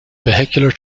vehicular